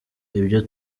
ibyo